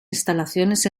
instalaciones